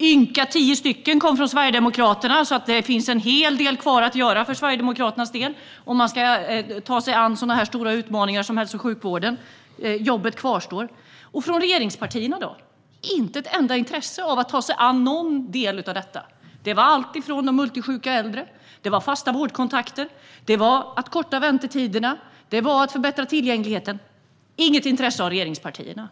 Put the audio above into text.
Ynka tio stycken kom från Sverigedemokraterna. Det finns alltså en hel del kvar att göra för Sverigedemokraternas del om man ska ta sig an de stora utmaningar som finns för hälso och sjukvården. Jobbet kvarstår. Hur var det då med regeringspartierna? Det finns inte något intresse av att ta sig an någon del av detta. Det handlade om de multisjuka äldre. Det handlade om fasta vårdkontakter. Det handlade om att korta väntetiderna. Det handlade om att förbättra tillgängligheten. Det fanns inget intresse hos regeringspartierna.